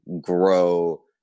grow